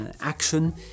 action